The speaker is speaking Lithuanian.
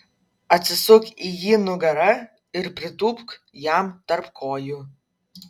atsisuk į jį nugara ir pritūpk jam tarp kojų